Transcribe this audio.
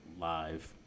live